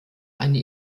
eine